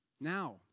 now